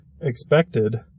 expected